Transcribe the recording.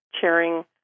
chairing